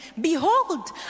Behold